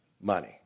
money